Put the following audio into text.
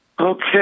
Okay